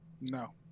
No